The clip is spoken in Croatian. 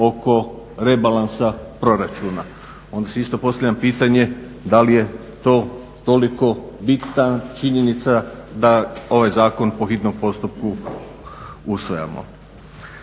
oko rebalansa proračuna. Onda si isto postavljam pitanje da li je to toliko bitna činjenica da ovaj zakon po hitnom postupku usvajamo.